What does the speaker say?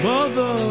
Mother